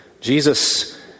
Jesus